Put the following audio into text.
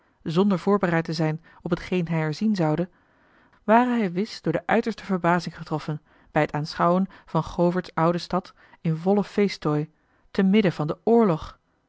zonder voorbereid te zijn op t geen hij er zien zoude ware hij wis door de uiterste verbazing getroffen bij t aanschouwen van goverts oude stad in vollen feesttooi te midden van den oorlog